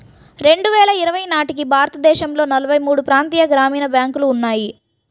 రెండు వేల ఇరవై నాటికి భారతదేశంలో నలభై మూడు ప్రాంతీయ గ్రామీణ బ్యాంకులు ఉన్నాయి